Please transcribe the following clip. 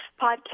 podcast